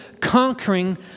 conquering